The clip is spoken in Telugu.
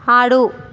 ఆడు